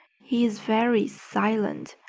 he's very silent,